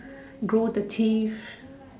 go the thief